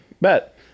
bet